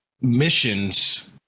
missions